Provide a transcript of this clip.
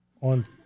On